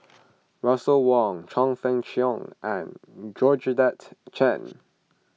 Russel Wong Chong Fah Cheong and Georgette Chen